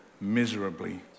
miserably